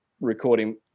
recording